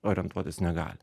orientuotis negali